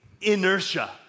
inertia